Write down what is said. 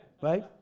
Right